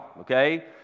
okay